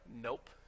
nope